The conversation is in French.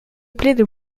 peuplé